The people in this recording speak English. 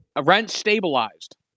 Rent-stabilized